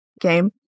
game